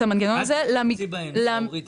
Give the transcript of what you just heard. אל תיכנסי באמצע, אורית.